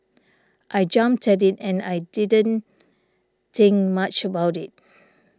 I jumped at it and I didn't think much about it